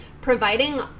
providing